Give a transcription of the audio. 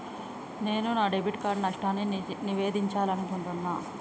నేను నా debit card నష్టాన్ని నివేదించాలనుకుంటున్నా